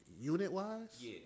Unit-wise